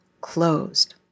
closed